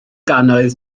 gannoedd